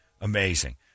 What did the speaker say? amazing